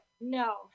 no